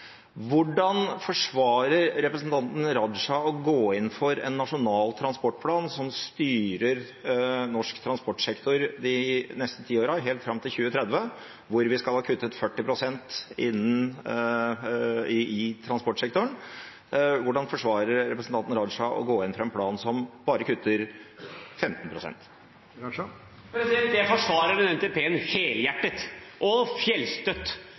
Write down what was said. Hvordan forsvarer representanten Raja å gå inn for en nasjonal transportplan som styrer norsk transportsektor de neste ti årene – helt fram til 2030 – og som kutter bare 15 pst., når vi skal ha kuttet 40 pst. i transportsektoren? Jeg forsvarer den NTP-en helhjertet og fjellstøtt.